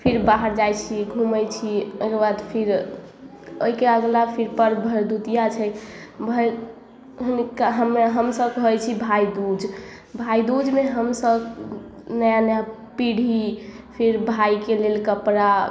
फिर बाहर जाइ छी घूमै छी ओकर बाद फिर ओहिके अगला फिर पर्ब भरदूतिया छै भ हुनका हम्मे हमसब कहै छी भाइ दूज भाइ दूजमे हमसब नया नया पीढ़ी फिर भाइके लेल कपड़ा